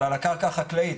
אבל על הקרקע החקלאית,